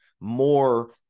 more